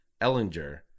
Ellinger